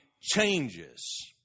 changes